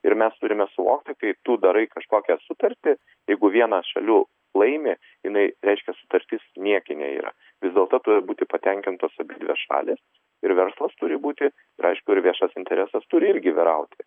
ir mes turime suvokti kai tu darai kažkokią sutartį jeigu vienas šalių laimi jinai reiškia sutartis niekinė yra vis dėlto turi būti patenkintos abi šalys ir verslas turi būti ir aišku ir viešas interesas turi irgi vyrauti